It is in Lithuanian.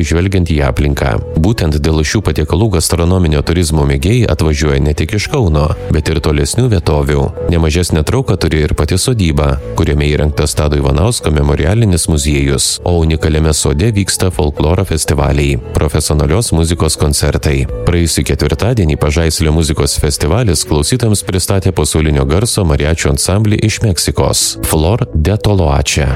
žvelgiant į aplinką būtent dėl šių patiekalų gastronominio turizmo mėgėjai atvažiuo ne tik iš kauno bet ir tolesnių vietovių ne mažesnę trauką turi ir pati sodyba kuriame įrengtas tado ivanausko memorialinis muziejus o unikaliame sode vyksta folkloro festivaliai profesionalios muzikos koncertai praėjusį ketvirtadienį pažaislio muzikos festivalis klausytojams pristatė pasaulinio garso mariačių ansamblį iš meksikos flor de toloače